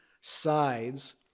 sides